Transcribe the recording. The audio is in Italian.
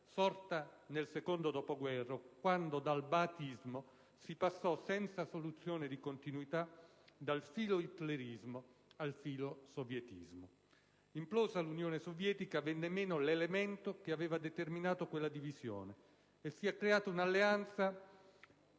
sorta nel secondo dopoguerra, quando il baathismo passò senza soluzione di continuità dal filohitlerismo al filosovietismo. Implosa l'Unione Sovietica, è venuto meno l'elemento che aveva determinato quella divisione e si è creata un'alleanza